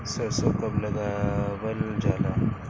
सरसो कब लगावल जाला?